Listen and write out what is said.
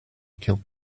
killed